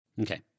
okay